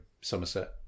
Somerset